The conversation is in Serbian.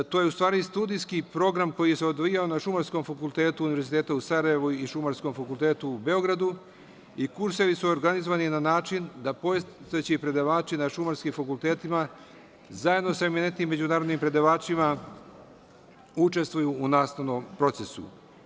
U stvari, to je studijski program koji se odvijao na Šumarskom fakultetu Univerziteta u Sarajevu i Šumarskom fakultetu u Beogradu i kursevi su organizovani na način da postojeći predavači na šumarskim fakultetima, zajedno sa eminentnim međunarodnim predavačima, učestvuju u nastavnom procesu.